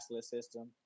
system